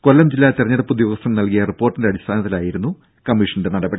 കൊല്ലം ജില്ലാ തെരഞ്ഞെടുപ്പ് ഉദ്യോഗസ്ഥൻ നൽകിയ റിപ്പോർട്ടിന്റെ അടിസ്ഥാനത്തിലാണ് കമ്മീഷന്റെ നടപടി